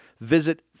Visit